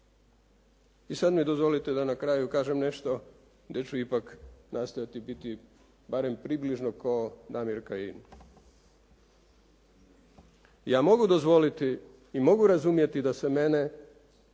I sad mi dozvolite da na kraju kažem nešto da ću ipak nastojati biti barem približno kao Damir Kajin. Ja mogu dozvoliti i mogu razumjeti da se mene